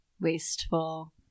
wasteful